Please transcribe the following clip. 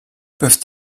peuvent